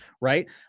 Right